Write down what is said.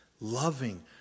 loving